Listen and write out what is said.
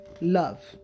love